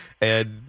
and-